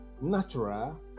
natural